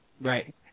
right